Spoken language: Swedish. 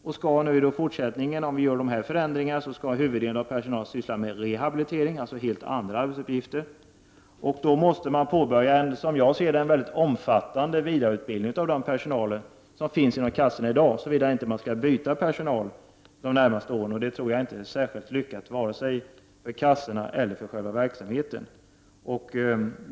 Om vi genomför de här förändringarna skall huvuddelen av personalen i fortsättningen syssla med rehabilitering, alltså helt andra arbetsuppgifter. Då måste man, som jag ser det, påbörja en mycket omfattande vidareutbildning av den personal som i dag finns inom kassorna, såvida man inte skall byta personal de närmaste åren, och det tror jag inte är särskilt lyckat, vare sig för kassorna eller för själva verksamheten.